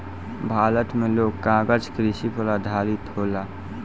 भारत मे लोग कागज कृषि पर आधारित होला